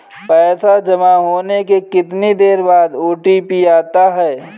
पैसा जमा होने के कितनी देर बाद ओ.टी.पी आता है?